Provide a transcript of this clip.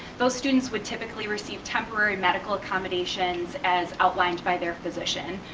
those students would typically receive temporary medical accommodations as outlined by their physician,